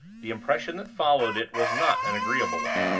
the impression that followed it was not an agreeable one.